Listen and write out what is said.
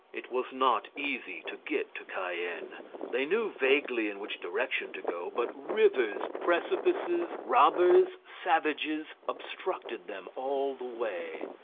it was not easy to get to cayenne they knew vaguely in which direction to go, but rivers, precipices, robbers, savages, obstructed them all the way.